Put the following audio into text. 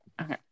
Okay